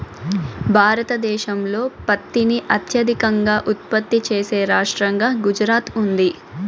భారతదేశంలో పత్తిని అత్యధికంగా ఉత్పత్తి చేసే రాష్టంగా గుజరాత్ ఉంది